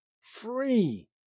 free